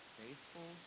faithful